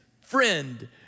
friend